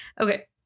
Okay